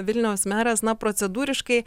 vilniaus meras na procedūriškai